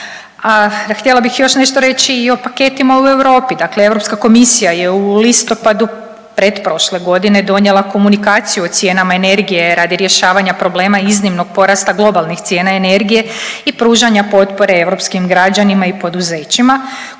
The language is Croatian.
htjela bih još nešto reći i o paketima u Europi. Dakle, Europska komisija je u listopadu pretprošle godine donijela komunikaciju o cijenama energije radi rješavanja problema iznimnog porasta globalnih cijena energije i pružanja potpore europskim građanima i poduzećima.